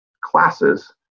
classes